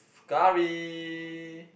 curry